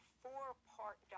four-part